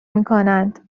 میکنند